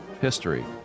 history